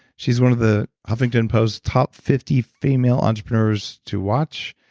she's one of the huffington post's top fifty female entrepreneurs to watch.